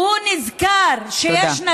שנזכר שיש, תודה.